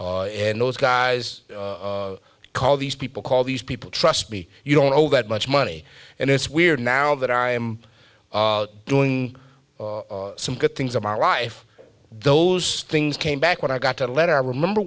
and those guys call these people call these people trust me you don't know that much money and it's weird now that i am doing some good things of my life those things came back when i got a letter i remember